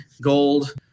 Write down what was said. gold